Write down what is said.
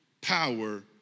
power